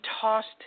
tossed